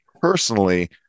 Personally